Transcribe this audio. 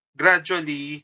gradually